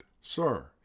Sir